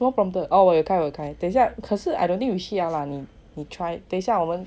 什么 prompter oh 我又开我又开等一下可是 I don't think 你需要啦你你 try 等下我们